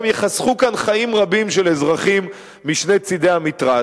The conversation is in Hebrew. גם ייחסכו כאן חיים רבים של אזרחים משני צדי המתרס.